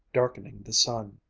darkening the sun.